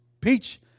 peach